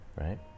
right